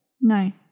No